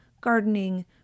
gardening